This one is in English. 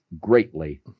greatly